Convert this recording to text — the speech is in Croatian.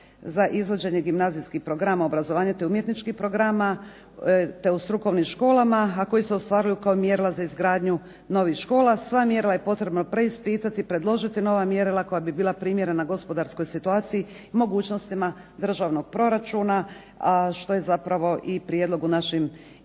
za izvođenje gimnazijskih programa obrazovanja tj. umjetničkih programa te u strukovnim školama, a koji se ostvaruju kao mjerila za izgradnju novih škola. Sva mjerila je potrebno preispitati, predložiti nova mjerila koja bi bila primjerena gospodarskoj situaciji i mogućnostima državnog proračuna, a što je zapravo i prijedlog u našim izmjenama.